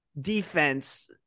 defense